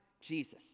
Jesus